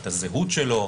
את הזהות שלו,